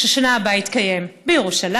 ששנה הבאה יתקיים בירושלים,